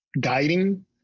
guiding